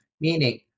meaning